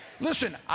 Listen